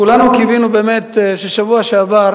כולנו קיווינו בשבוע שעבר